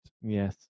Yes